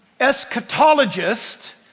eschatologist